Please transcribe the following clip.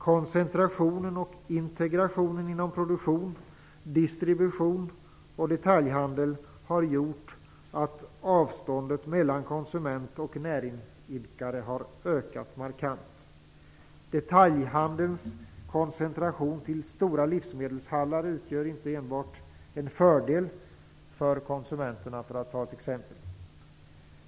Koncentrationen och integrationen inom produktion, distribution och detaljhandel har gjort att avståndet mellan konsument och näringsidkare har ökat markant. Detaljhandelns koncentration till stora livsmedelshallar t.ex. utgör inte enbart en fördel för konsumenterna.